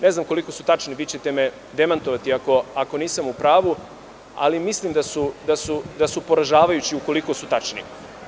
Ne znam koliko su tačni, vi ćete me demantovati ako nisam u pravu, ali mislim da su poražavajući ukoliko su tačni.